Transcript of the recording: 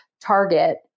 target